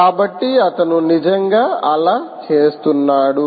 కాబట్టి అతను నిజంగా అలా చేస్తున్నాడు